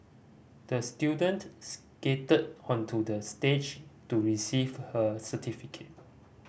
the student skated onto the stage to receive her certificate